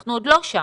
אנחנו עוד לא שם.